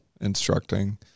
instructing